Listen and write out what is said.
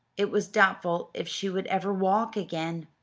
it was doubtful if she would ever walk again.